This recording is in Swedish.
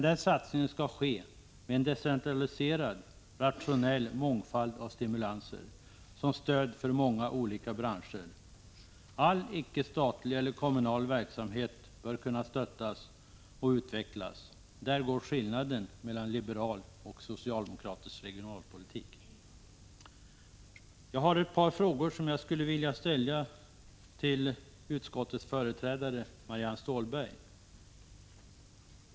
Den satsningen skall ske med en decentraliserad, rationell mångfald av stimulanser, som stöd för många olika branscher. All icke statlig eller kommunal verksamhet bör kunna stöttas och utvecklas. Där går skillnaden mellan liberal och socialdemokratisk regionalpolitik. Jag har ett par frågor till utskottets företrädare Marianne Stålberg.